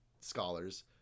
scholars